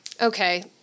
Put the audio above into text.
Okay